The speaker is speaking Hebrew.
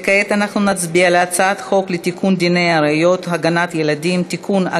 כעת נצביע על הצעת חוק לתיקון דיני הראיות (הגנת ילדים) (תיקון,